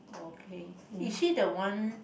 okay is she the one